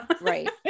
right